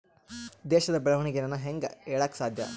ದೇಶದ ಬೆಳೆವಣಿಗೆನ ಹೇಂಗೆ ಹೇಳಕ ಸಾಧ್ಯ?